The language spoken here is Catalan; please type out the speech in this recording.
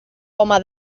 home